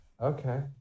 okay